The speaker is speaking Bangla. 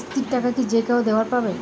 কিস্তির টাকা কি যেকাহো দিবার পাবে?